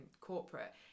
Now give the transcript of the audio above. corporate